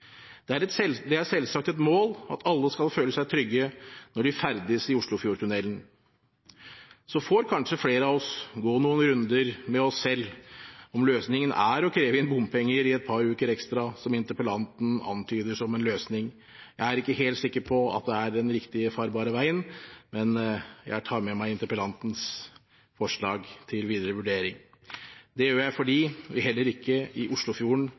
Det er selvsagt et mål at alle skal føle seg trygge når de ferdes i Oslofjordtunnelen. Så får kanskje flere av oss gå noen runder med oss selv om hvorvidt løsningen er å kreve inn bompenger i et par uker ekstra, som interpellanten antyder som en løsning. Jeg er ikke helt sikker på at det er den riktige, farbare veien, men jeg tar med meg interpellantens forslag til videre vurdering. Det gjør jeg fordi vi heller ikke i